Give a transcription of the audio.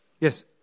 Yes